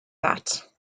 that